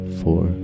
four